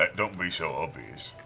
like don't be so obvious.